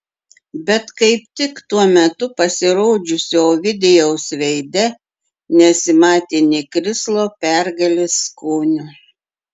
bet kaip tik tuo metu pasirodžiusio ovidijaus veide nesimatė nė krislo pergalės skonio